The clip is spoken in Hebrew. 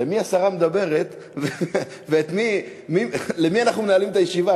למי השרה מדברת ולמי אנחנו מנהלים את הישיבה.